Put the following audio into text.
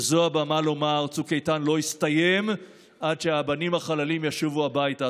וזו הבמה לומר: צוק איתן לא יסתיים עד שהבנים החללים ישובו הביתה.